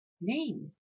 name